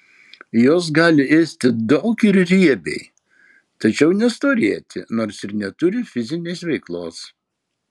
jos gali ėsti daug ir riebiai tačiau nestorėti nors ir neturi fizinės veiklos